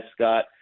Scott